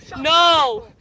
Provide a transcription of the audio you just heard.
No